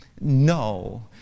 No